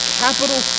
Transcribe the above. capital